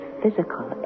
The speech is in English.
physical